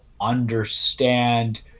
understand